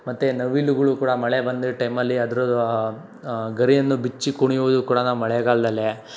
ಮತ್ತು ನವಿಲುಗಳು ಕೂಡ ಮಳೆ ಬಂದಿದ್ದ ಟೈಮಲ್ಲಿ ಅದ್ರ ಗರಿಯನ್ನು ಬಿಚ್ಚಿ ಕುಣಿಯೋದು ಕೂಡ ನಮ್ಮ ಮಳೆಗಾಲದಲ್ಲೇ